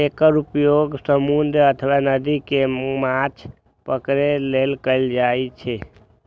एकर उपयोग समुद्र अथवा नदी मे माछ पकड़ै लेल कैल जाइ छै